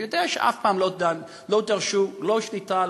ויודע שאף פעם לא דרשו שליטה,